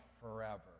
forever